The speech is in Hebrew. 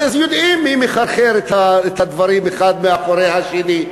אז יודעים מי מחרחר את הדברים, האחד מאחורי השני.